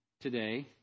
today